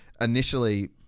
initially